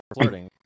flirting